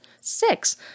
six